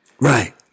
Right